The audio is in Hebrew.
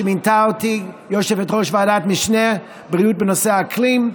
שמינתה אותי ליושב-ראש ועדת משנה של ועדת בריאות בנושא האקלים.